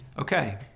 okay